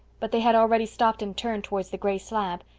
but they had already stopped and turned towards the gray slab.